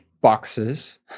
boxes